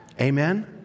Amen